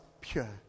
pure